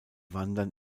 wandern